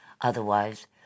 Otherwise